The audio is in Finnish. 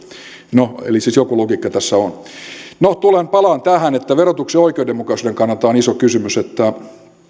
eli siis joku logiikka tässä on palaan tähän että verotuksen oikeudenmukaisuuden kannalta on iso kysymys että